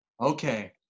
Okay